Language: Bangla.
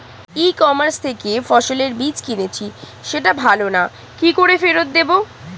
ই কমার্স থেকে ফসলের বীজ কিনেছি সেটা ভালো না কি করে ফেরত দেব?